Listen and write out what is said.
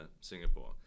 Singapore